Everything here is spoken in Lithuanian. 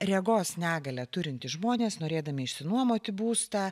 regos negalią turintys žmonės norėdami išsinuomoti būstą